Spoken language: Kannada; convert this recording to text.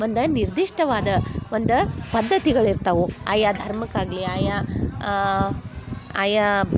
ಒಂದು ನಿರ್ದಿಷ್ಟವಾದ ಒಂದು ಪದ್ಧತಿಗಳಿರ್ತವೆ ಆಯಾ ಧರ್ಮಕ್ಕೆ ಆಗಲಿ ಆಯಾ ಆಯಾ